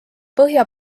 põhja